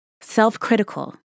self-critical